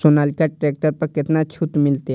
Sonalika tractor पर केतना छूट मिलते?